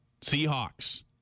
Seahawks